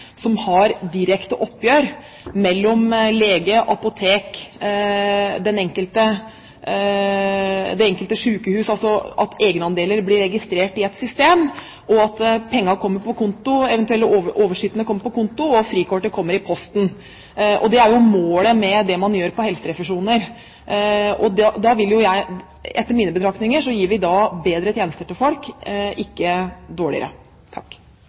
som har direkte oppgjør mellom lege, apotek og det enkelte sykehus, at egenandeler blir registrert i et system, at pengene, dvs. eventuelt overskytende, kommer på konto, og at frikortet kommer i posten. Det er målet med det man gjør når det gjelder helserefusjoner. Ut fra mine betraktninger gir vi da bedre tjenester til folk, ikke dårligere.